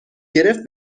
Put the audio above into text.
گرفت